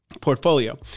portfolio